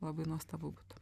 labai nuostabu būtų